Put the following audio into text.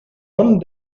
one